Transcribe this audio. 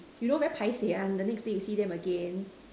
you know very paiseh one the next day you see them again